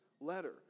letter